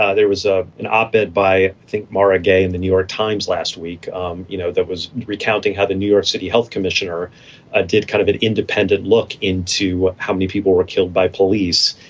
ah there was ah an op ed by think mara gay in the new york times last week um you know that was recounting how the new york city health commissioner ah did kind of an independent look into how many people were killed by police.